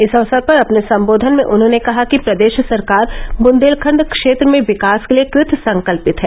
इस अवसर पर अपने सम्बोधन में उन्होंने कहा कि प्रदेश सरकार बुन्देलखण्ड क्षेत्र में विकास के लिये कृत संकल्पित है